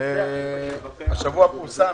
אתמול פורסם,